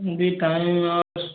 अभी टाइम बस